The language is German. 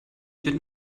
wird